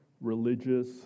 religious